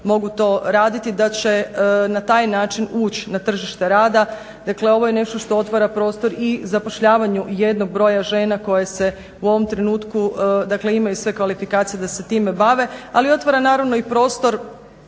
da će na taj način ući na tržište rada. Dakle ovo je nešto što otvara prostor i zapošljavanju jednog broja žena koje se u ovom trenutku imaju sve kvalifikacije da se time bave, ali otvore naravno i prostor